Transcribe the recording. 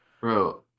Bro